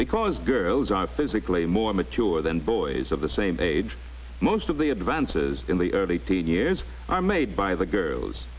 because girls are physically more mature than boys of the same age most of the advances in the early teen years are made by the girls